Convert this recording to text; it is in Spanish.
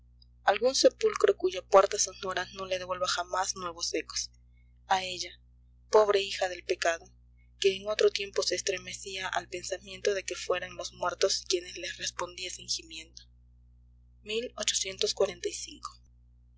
algún sepulcro cuya puerta sonora no le devuelva jamás nuevos ecos a ella pobre hija del pecado que en otro tiempo se estremecía al pensamiento de que fueran los muertos quienes le respondiesen gimiendo